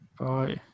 bye